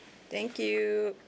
thank you